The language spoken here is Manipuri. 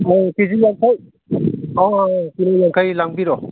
ꯑꯥ ꯀꯦꯖꯤ ꯌꯥꯡꯈꯩ ꯑꯥ ꯑꯥ ꯀꯤꯂꯣ ꯌꯥꯡꯈꯩ ꯂꯥꯡꯕꯤꯔꯣ